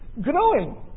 growing